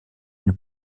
une